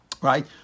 Right